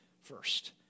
first